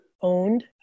owned